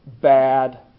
bad